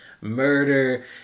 murder